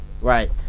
Right